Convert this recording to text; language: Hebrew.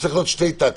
שצריך להיות שני טקטים.